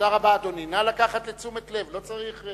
תודה רבה,